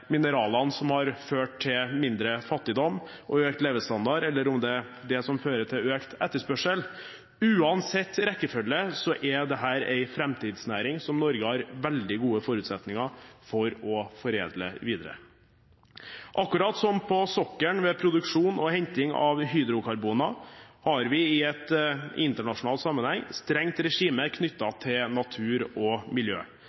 mineralene som har ført til mindre fattigdom og økt levestandard, eller om det er sistnevnte som fører til økt etterspørsel. Uansett rekkefølge er dette en framtidsnæring som Norge har veldig gode forutsetninger for å foredle videre. Akkurat som på sokkelen ved produksjon og henting av hydrokarboner har vi i en internasjonal sammenheng et strengt regime knyttet til natur og miljø.